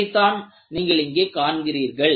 இதைத்தான் நீங்கள் இங்கே காண்கிறீர்கள்